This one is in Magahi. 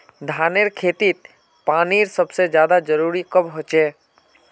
धानेर खेतीत पानीर सबसे ज्यादा जरुरी कब होचे?